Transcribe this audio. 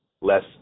less